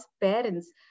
parents